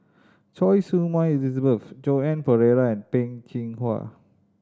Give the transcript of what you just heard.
Choy Su Moi Elizabeth Joan Pereira and Peh Chin Hua